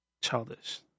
Childish